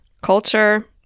culture